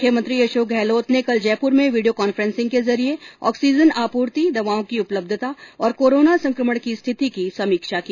मुख्यमंत्री अशोक गहलोत ने कल जयपुर में वीडियो कांन्फ्रेन्सिंग के जरिये ऑक्सीजन आपूर्ति दवाओं की उपलब्धता और कोरोना संकमण की स्थिति की समीक्षा की